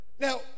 Now